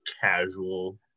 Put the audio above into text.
casual